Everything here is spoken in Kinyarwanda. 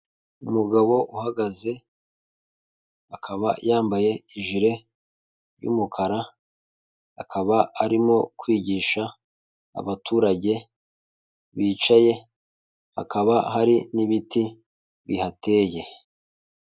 Umugabo uhagaze, akaba yambaye ijire y'umukara, akaba arimo kwigisha abaturage bicaye, hakaba hari n'ibiti bihateye.